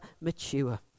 mature